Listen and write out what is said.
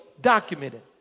documented